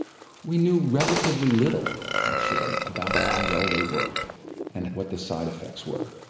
we knew relatively little actually about how well they worked and what the side effects were.